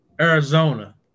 Arizona